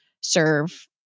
serve